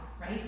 right